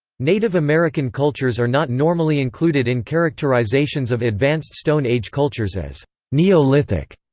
native american cultures are not normally included in characterizations of advanced stone age cultures as neolithic,